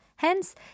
Hence